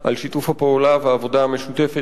על שיתוף הפעולה והעבודה המשותפת,